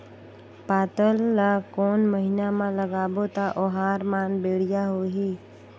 पातल ला कोन महीना मा लगाबो ता ओहार मान बेडिया होही?